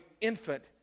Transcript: infant